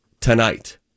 tonight